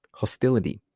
hostility